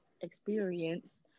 experience